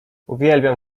uwielbiam